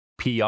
pr